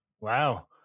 Wow